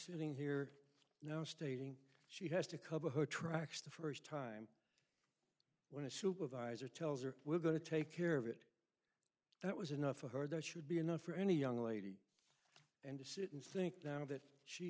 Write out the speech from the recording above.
sitting here now stating she has to cover her tracks the first time when a supervisor tells her we're going to take care of it that was enough for her that should be enough for any young lady and to sit and think that and that she